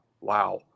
wow